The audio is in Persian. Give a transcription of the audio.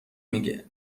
میگه